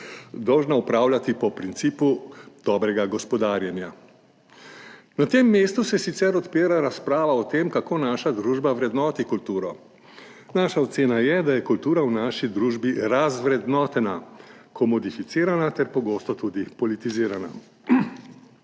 dolžna upravljati po principu dobrega gospodarjenja. Na tem mestu se sicer odpira razprava o tem, kako naša družba vrednoti kulturo. Naša ocena je, da je kultura v naši družbi razvrednotena komodificirana ter pogosto tudi politizirana.